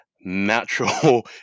natural